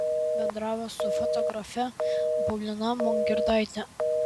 bendravo su fotografe paulina mongirdaite